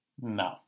No